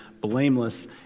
blameless